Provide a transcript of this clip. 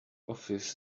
office